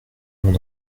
mon